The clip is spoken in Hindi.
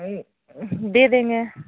दे देंगे